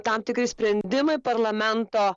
tam tikri sprendimai parlamento